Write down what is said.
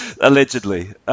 Allegedly